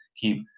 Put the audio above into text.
keep